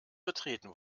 betreten